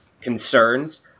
concerns